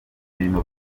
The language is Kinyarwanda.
mirimo